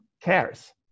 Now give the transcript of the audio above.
cares